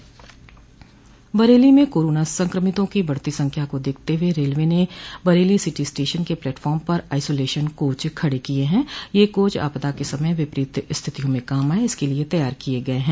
बरेली में कोरोना संक्रमितों की बढ़ती संख्या को देखते हुए रेलवे ने बरेली सिटी स्टेशन के प्लेटफार्म पर आइसोलेशन कोच खड़े किए है यह कोच आपदा के समय विपरीत स्थितियों में काम आए इस लिए तैयार किये गए हैं